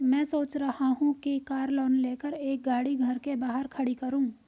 मैं सोच रहा हूँ कि कार लोन लेकर एक गाड़ी घर के बाहर खड़ी करूँ